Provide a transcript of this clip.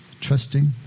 trusting